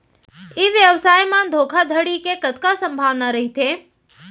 ई व्यवसाय म धोका धड़ी के कतका संभावना रहिथे?